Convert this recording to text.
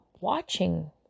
watching